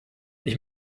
ich